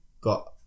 got